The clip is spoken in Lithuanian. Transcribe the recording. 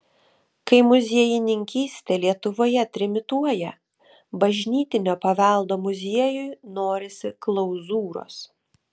kai muziejininkystė lietuvoje trimituoja bažnytinio paveldo muziejui norisi klauzūros